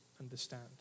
understand